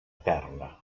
eterna